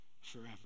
forever